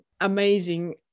amazing